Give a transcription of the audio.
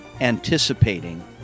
anticipating